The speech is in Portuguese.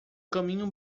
caminho